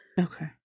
okay